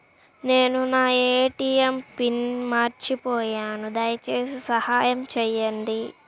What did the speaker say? నేను నా ATM pin మర్చిపోయాను దయచేసి సహాయం చేయండి